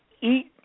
eat